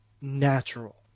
natural